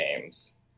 games